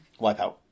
Wipeout